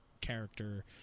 character